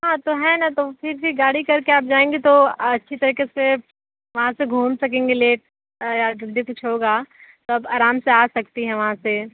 हाँ तो है न तो फिर भी गाड़ी करके आप जाएंगे तो अच्छी तरीके से वहाँ से घूम सकेंगे लेक जो भी कुछ होगा सब आराम से आ सकती हैं वहाँ से